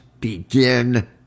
begin